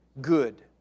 good